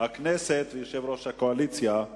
הכנסת ויושב-ראש הקואליציה,